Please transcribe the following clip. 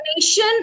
nation